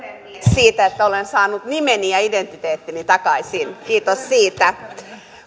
siitä että olen saanut nimeni ja identiteettini takaisin kiitos siitä